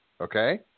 Okay